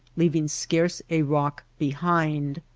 leaving scarce a rack behind.